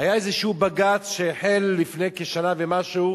היה איזשהו בג"ץ שהחל לפני כשנה ומשהו